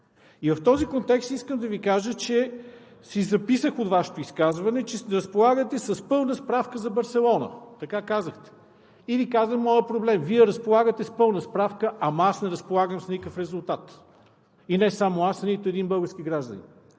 В този контекст искам да Ви кажа, че си записах от Вашето изказване, че разполагате с пълна справка за Барселона – така казахте – и Ви казвам моя проблем. Вие разполагате с пълна справка, ама аз не разполагам с никакъв резултат, не само аз, а нито един български гражданин